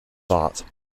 art